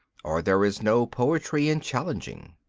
or there is no poetry in challenging.